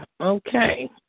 Okay